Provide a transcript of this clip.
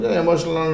emotional